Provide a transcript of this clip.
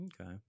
okay